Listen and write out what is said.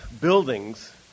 buildings